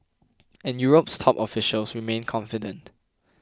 and Europe's top officials remain confident